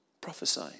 prophesy